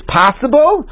possible